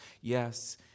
Yes